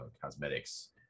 cosmetics